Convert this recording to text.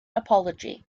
apology